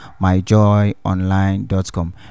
myjoyonline.com